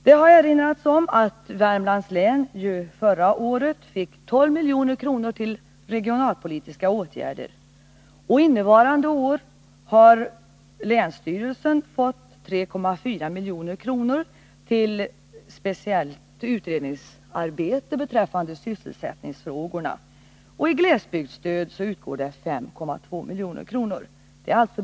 Det har erinrats om att Värmlands län förra året fick 12 milj.kr. till regionalpolitiska åtgärder, och innevarande år har länsstyrelsen fått 3,4 milj.kr. till speciellt utredningsarbete beträffande sysselsättningsfrågor, och i glesbygdsstöd utgår det 5,2 milj.kr.